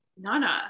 Nana